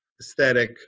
aesthetic